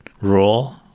rule